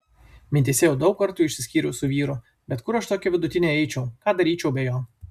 mintyse jau daug kartų išsiskyriau su vyru bet kur aš tokia vidutinė eičiau ką daryčiau be jo